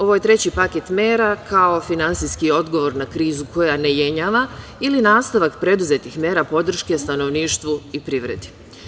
Ovo je treći paket mera kao finansijski odgovor na krizu koja ne jenjava ili nastavak preduzetih mera podrške stanovništvu i privredi.